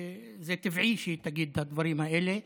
זה טבעי שהיא תגיד את הדברים האלה.